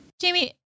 Jamie